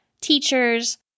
teachers